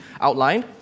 outlined